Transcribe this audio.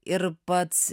ir pats